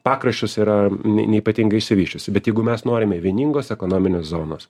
pakraščius yra neypatingai išsivysčiusi bet jeigu mes norime vieningos ekonominės zonos